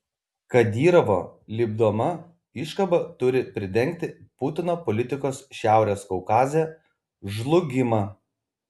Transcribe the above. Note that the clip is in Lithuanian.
kadyrovo lipdoma iškaba turi pridengti putino politikos šiaurės kaukaze žlugimą